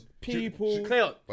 People